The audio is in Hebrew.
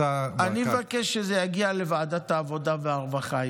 אני מבקש שזה יגיע לוועדת העבודה והרווחה,